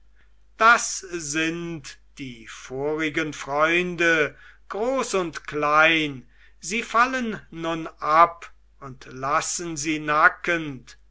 das sind die vorigen freunde groß und klein sie fallen nun ab und lassen sie nackend